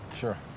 Sure